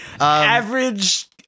average